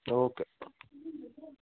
okay